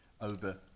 over